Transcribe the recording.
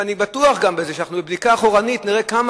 ואני בטוח גם שבבדיקה אחורנית נראה כמה